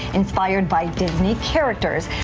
inspired by disney characters,